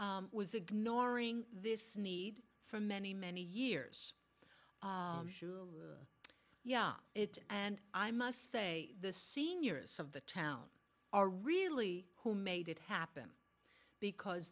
was ignoring this need for many many years yeah it and i must say the seniors of the town are really who made it happen because